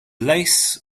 lace